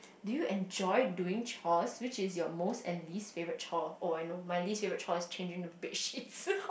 do you enjoy doing chores which is your most and least favourite chore oh I know my least favourite chore is changing the bedsheets